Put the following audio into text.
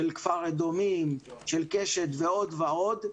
של כפר אדומים, של "קשת" ועוד, ועוד.